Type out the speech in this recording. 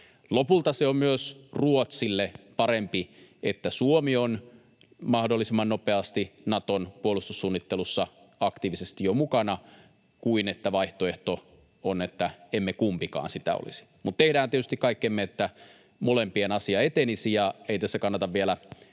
Lopulta on myös Ruotsille parempi, että Suomi on mahdollisimman nopeasti Naton puolustussuunnittelussa aktiivisesti jo mukana, kun vaihtoehto on, että emme kumpikaan sitä olisi. Mutta tehdään tietysti kaikkemme, että molempien asia etenisi, ja ei tässä kannata vielä